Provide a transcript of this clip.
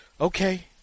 okay